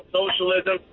socialism